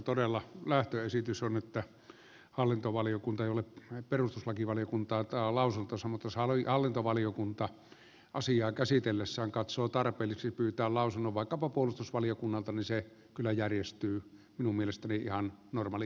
todella lähtöesitys on että hallintovaliokunta jolle perustuslakivaliokunta antaa lausuntonsa mutta jos hallintovaliokunta asiaa käsitellessään katsoo tarpeelliseksi pyytää lausunnon vaikkapa puolustusvaliokunnalta niin se kyllä järjestyy minun mielestäni ihan normaalikäytäntöjen mukaisesti